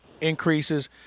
increases